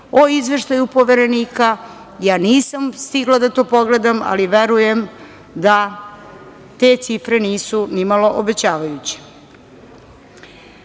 o izveštaju Poverenika. Ja nisam stigla da to pogledam, ali verujem da te cifre nisu ni malo obećavajuće. Do